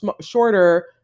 shorter